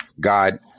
God